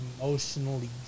emotionally